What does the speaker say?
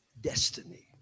destiny